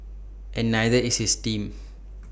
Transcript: and neither is his team